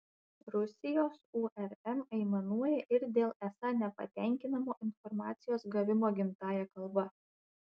rusijos urm aimanuoja ir dėl esą nepatenkinamo informacijos gavimo gimtąja kalba